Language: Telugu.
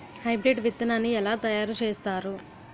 హైబ్రిడ్ విత్తనాన్ని ఏలా తయారు చేస్తారు?